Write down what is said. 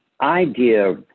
idea